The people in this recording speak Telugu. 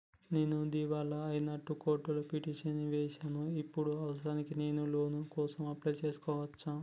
నేను దివాలా అయినట్లు కోర్టులో పిటిషన్ ఏశిన ఇప్పుడు అవసరానికి నేను లోన్ కోసం అప్లయ్ చేస్కోవచ్చా?